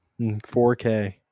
4K